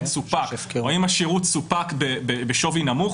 סופק או האם השירות סופק בשווי נמוך,